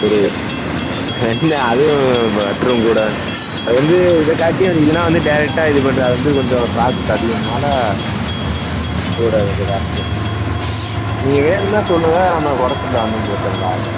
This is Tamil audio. இல்லை அதுவும் பட்ரும் கூட அது வந்து இதுக்காண்டியும் இதுன்னால் வந்து டேரக்டாக இதுப் பண்ணுறது அது வந்து கொஞ்சம் ப்ராசஸ் அதிகம்னால் கூட கொஞ்சம் காசு நீங்கள் வேணும்னா சொல்லுங்கள் நம்மக் குறச்சிக்கலாம் ஒன்றும் பிரச்சனை இல்லை அதெலாம்